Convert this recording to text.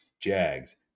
Jags